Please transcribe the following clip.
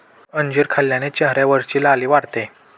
अंजीर खाल्ल्याने चेहऱ्यावरची लाली वाढते